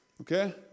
Okay